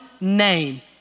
name